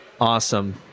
Awesome